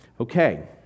Okay